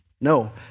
No